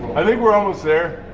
i think we're almost there.